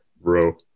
Bro